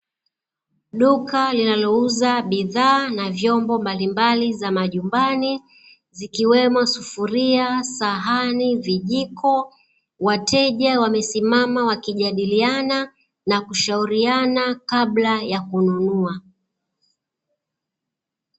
Duka linalouza bidhaa na vyombo mbalimbali za majumbani, zikiwemo, sufuria, sahani, vijiko. Wateja wamesimama wakijadiliana na kushauriana kabla ya kununua.